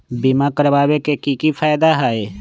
बीमा करबाबे के कि कि फायदा हई?